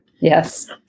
Yes